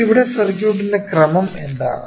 ഇവിടെ സർക്യൂട്ടിന്റെ ക്രമം എന്താണ്